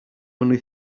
only